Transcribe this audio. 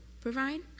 provide